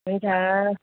हुन्छ